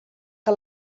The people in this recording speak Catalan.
que